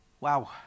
Wow